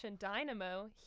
Dynamo